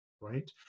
right